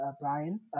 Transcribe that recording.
Brian